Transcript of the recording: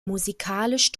musikalisch